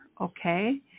okay